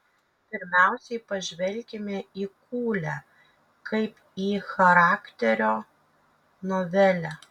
pirmiausia pažvelkime į kūlę kaip į charakterio novelę